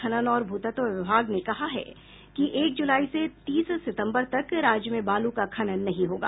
खनन और भूतत्व विभाग ने कहा है कि एक जुलाई से तीस सितम्बर तक राज्य में बालू का खनन नहीं होगा